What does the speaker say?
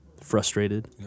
frustrated